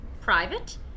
private